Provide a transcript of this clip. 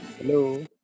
Hello